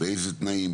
באיזה תנאים,